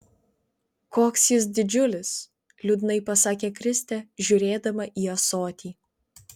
koks jis didžiulis liūdnai pasakė kristė žiūrėdama į ąsotį